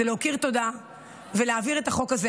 זה להכיר תודה ולהעביר את החוק הזה.